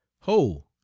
ho